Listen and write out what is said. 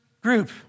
group